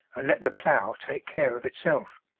and let the plough take care of itself.